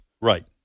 Right